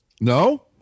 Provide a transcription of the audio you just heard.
No